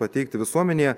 pateikti visuomenėje